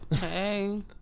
Hey